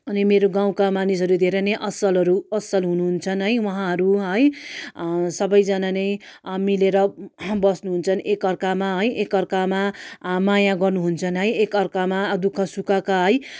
अनि मेरो गाउँका मानिसहरू धेरै नै असलहरू असल हुनु हुन्छ है उहाँहरू है सबैजना नै मिलेर बस्नु हुन्छ एक अर्कामा एक अर्कामा माया गर्नु हुन्छ है एक अर्कामा दुःख सुखका है